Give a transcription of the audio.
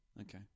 Okay